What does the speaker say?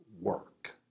work